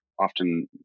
often